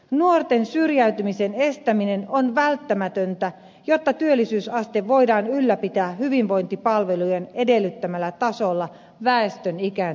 nuorten syrjäytymisen estäminen on välttämätöntä jotta työllisyysaste voidaan ylläpitää hyvinvointipalvelujen edellyttämällä tasolla väestön ikääntyessä